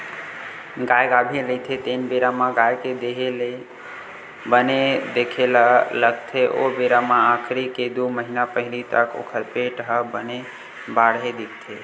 गाय गाभिन रहिथे तेन बेरा म गाय के देहे ल बने देखे ल लागथे ओ बेरा म आखिरी के दू महिना पहिली तक ओखर पेट ह बने बाड़हे दिखथे